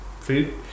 food